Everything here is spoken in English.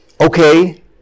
Okay